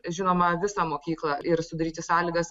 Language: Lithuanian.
žinoma visą mokyklą ir sudaryti sąlygas